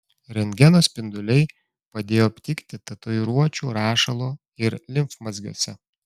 rentgeno spinduliai padėjo aptikti tatuiruočių rašalo ir limfmazgiuose